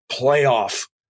playoff